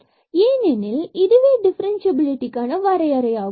அது ஏனெனில் இதுவே டிஃபரன்ஸ்சியபிலிடிக்கான வரையறை ஆகும்